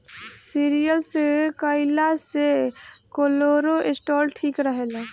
cereals खइला से cholesterol ठीक रहेला